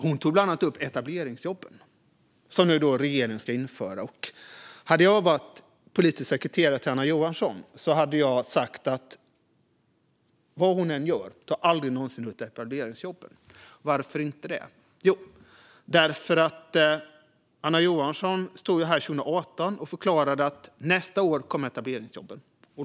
Hon tog bland annat upp etableringsjobben, som regeringen nu ska införa. Hade jag varit politisk sekreterare till Anna Johansson hade jag sagt att vad hon än gör ska hon aldrig någonsin ta upp etableringsjobben. Varför inte? Jo, därför att Anna Johansson stod här 2018 och förklarade att nästa år kommer etableringsjobben.